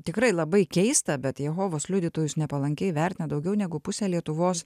tikrai labai keista bet jehovos liudytojus nepalankiai vertina daugiau negu pusė lietuvos